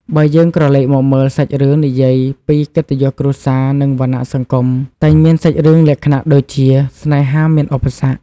បើយើងក្រលេកមកមើល សាច់រឿង និយាយពីកិត្តិយសគ្រួសារ និងវណ្ណៈសង្គម តែងមានសាច់រឿងលក្ខណៈដូចជា ស្នេហាមានឧបសគ្គ។